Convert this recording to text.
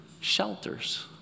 shelters